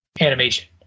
Animation